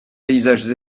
paysages